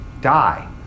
die